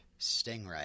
Stingray